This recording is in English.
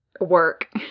work